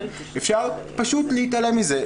אפשר פשוט להתעלם מזה.